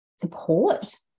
support